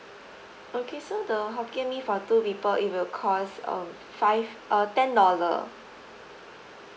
okay so the hokkien mee for two people it will cost um five uh ten dollar